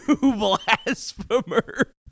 blasphemer